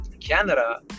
Canada